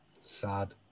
Sad